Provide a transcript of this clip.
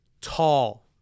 tall